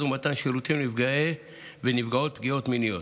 ומתן שירותים לנפגעי ונפגעות פגיעות מיניות.